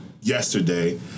yesterday